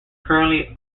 currently